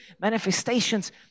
manifestations